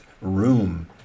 room